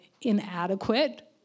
inadequate